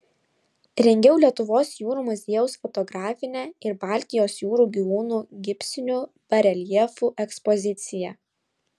rengiau lietuvos jūrų muziejaus fotografinę ir baltijos jūros gyvūnų gipsinių bareljefų ekspoziciją